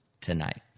tonight